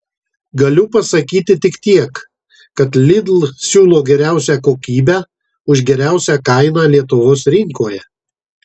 galiu pasakyti tik tiek kad lidl siūlo geriausią kokybę už geriausią kainą lietuvos rinkoje